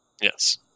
Yes